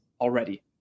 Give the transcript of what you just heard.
already